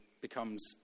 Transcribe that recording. becomes